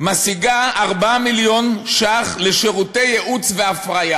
משיגה 4 מיליון שקל לשירותי ייעוץ והפריה